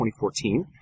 2014